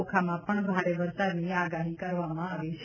ઓખામાં પણ ભારે વરસાદની આગાહી કરવામાં આવી છે